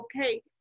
okay